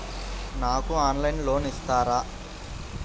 నాకు ఆన్లైన్లో లోన్ ఇస్తారా?